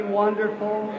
wonderful